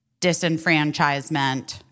disenfranchisement